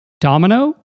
Domino